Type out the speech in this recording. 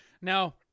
now